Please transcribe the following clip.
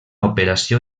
operació